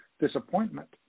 disappointment